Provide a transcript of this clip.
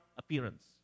appearance